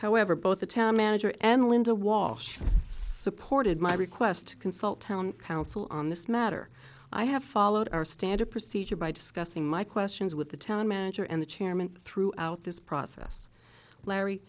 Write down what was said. however both attempt manager and linda walsh supported my request to consult town council on this matter i have followed our standard procedure by discussing my questions with the town manager and the chairman throughout this process larry